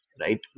right